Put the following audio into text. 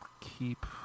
keep